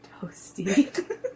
toasty